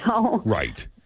Right